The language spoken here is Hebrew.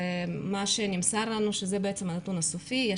נמסר לנו שזה הנתון הסופי,